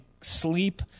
sleep